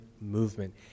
movement